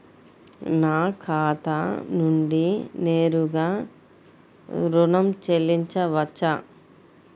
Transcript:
నా ఖాతా నుండి నేరుగా ఋణం చెల్లించవచ్చా?